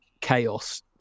chaos